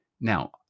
now